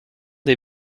des